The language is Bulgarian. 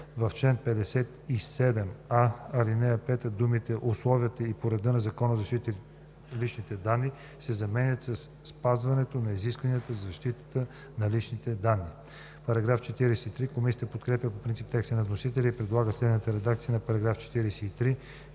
в чл. 57а, ал. 5 думите „условията и по реда на Закона за защита на личните данни“ се заменят със „спазване на изискванията за защита на личните данни“.“ Комисията подкрепя по принцип текста на вносителя и предлага следната редакция на § 43,